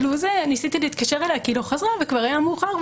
ניסיתי להתקשר אליה כי היא לא חזרה וכבר היה מאוחר,